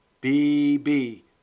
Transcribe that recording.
B-B